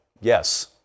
yes